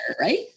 right